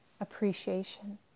appreciation